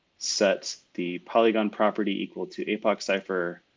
sets the polygon property equal to apoc cipher.